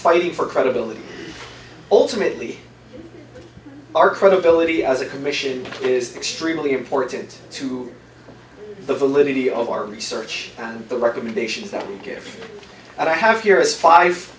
fighting for credibility ultimately our credibility as a commission is extremely important to the validity of our research and the recommendations that we get and i have here is five